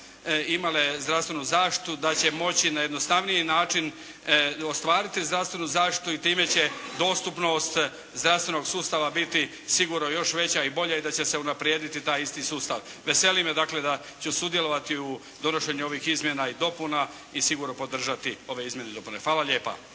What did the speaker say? imale zdravstvenu zaštitu da će moći na jednostavniji način ostvariti zdravstvenu zaštitu i time će dostupnost zdravstvenog sustava biti sigurno još veća i bolja. I da će se unaprijediti taj isti sustav. Veseli me dakle da ću sudjelovati u donošenju ovih izmjena i dopuna i sigurno podržati ove izmjene i dopune. Hvala lijepa.